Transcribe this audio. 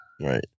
Right